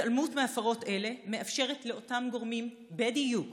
התעלמות מהפרות אלה מאפשרת לאותם גורמים בדיוק